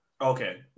Okay